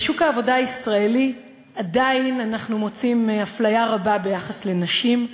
בשוק העבודה הישראלי עדיין אנחנו מוצאים אפליה רבה ביחס לנשים.